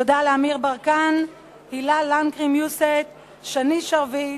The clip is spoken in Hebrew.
תודה לאמיר ברקן, הילה לנקרי מיוסט, שני שרביט,